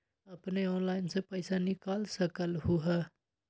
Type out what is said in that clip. अपने ऑनलाइन से पईसा निकाल सकलहु ह?